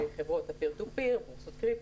וזאת הרפורמה